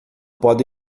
pode